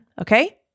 Okay